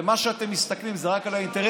ועל מה שאתם מסתכלים זה רק על האינטרסים